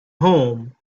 home